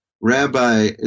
rabbi